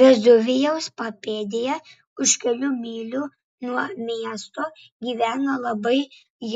vezuvijaus papėdėje už kelių mylių nuo miesto gyvena labai